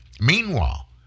Meanwhile